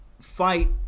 fight